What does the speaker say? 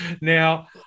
now